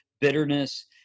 bitterness